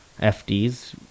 fd's